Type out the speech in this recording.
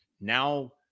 now